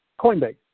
Coinbase